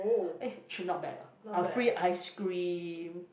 eh actually not bad lah ah free ice cream